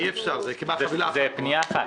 אי אפשר, זו פנייה אחת.